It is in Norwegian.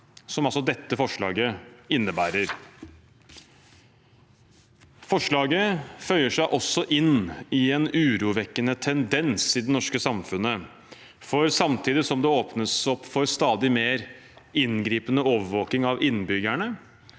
dette forslaget innebærer. Forslaget føyer seg også inn i en urovekkende tendens i det norske samfunnet, for samtidig som det åpnes opp for stadig mer inngripende overvåkning av innbyggerne,